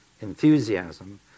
enthusiasm